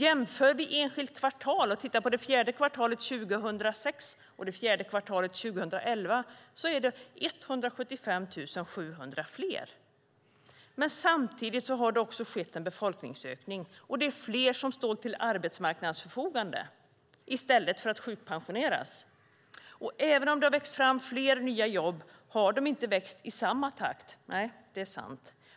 Jämför vi enskilda kvartal och tittar på det fjärde kvartalet 2006 och det fjärde kvartalet 2011 blir det 175 700 fler. Men samtidigt har det också skett en befolkningsökning, och det är fler som står till arbetsmarknadens förfogande i stället för att sjukpensioneras. Även om det växt fram fler nya jobb har de inte växt i samma takt. Nej, det är sant.